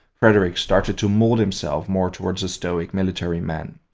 frederick started to mould himself more towards a stoic military man.